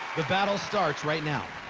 the battle starts right now